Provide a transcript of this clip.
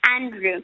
Andrew